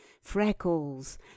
freckles